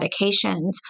medications